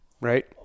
right